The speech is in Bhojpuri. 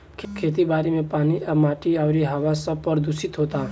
खेती बारी मे पानी आ माटी अउरी हवा सब प्रदूशीत होता